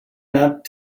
not